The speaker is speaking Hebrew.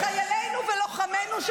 חיילינו ולוחמינו,